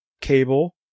cable